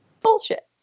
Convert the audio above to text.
Bullshit